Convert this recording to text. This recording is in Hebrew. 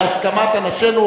בהסכמת אנשינו,